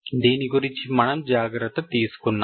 దీని గురించి మనము జాగ్రత్త తీసుకున్నాము